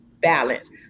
balance